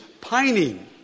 pining